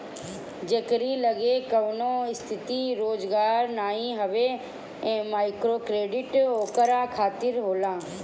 जेकरी लगे कवनो स्थिर रोजगार नाइ हवे माइक्रोक्रेडिट ओकरा खातिर होला